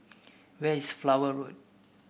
where is Flower Road